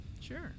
Sure